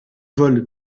vole